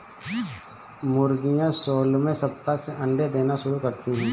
मुर्गियां सोलहवें सप्ताह से अंडे देना शुरू करती है